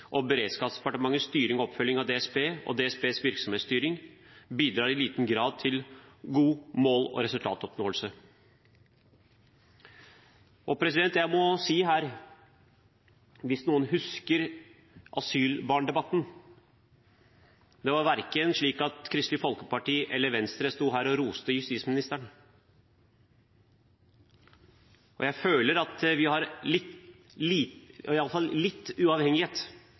og beredskapsdepartementets styring og oppfølging av DSB, og DSBs virksomhetsstyring bidrar i liten grad til god mål- og resultatoppnåelse. Jeg må si her, hvis noen husker asylbarndebatten, at det var ikke slik at Kristelig Folkeparti og Venstre sto her og roste justisministeren. Jeg føler at vi har i alle fall litt uavhengighet